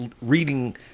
reading